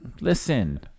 listen